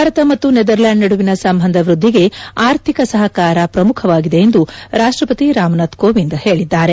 ಭಾರತ ಮತ್ತು ನೆದರ್ಲೆಂಡ್ ನಡುವಿನ ಸಂಬಂಧ ವ್ಯದ್ಲಿಗೆ ಆರ್ಥಿಕ ಸಹಕಾರ ಶ್ರಮುಖವಾಗಿದೆ ಎಂದು ರಾಷ್ಷಪತಿ ರಾಮನಾಥ್ ಕೋವಿಂದ್ ತಿಳಿಸಿದ್ದಾರೆ